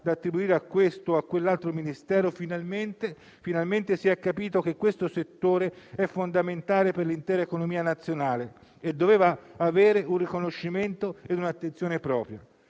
da attribuire a questo o a quell'altro Ministero, finalmente si è capito che questo settore è fondamentale per l'intera economia nazionale e che doveva avere un riconoscimento e un'attenzione propria.